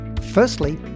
Firstly